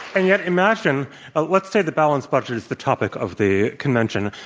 and yet imagine let's say the balanced budget is the topic of the convention.